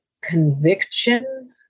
conviction